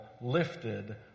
lifted